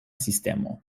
sistemo